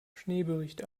schneebericht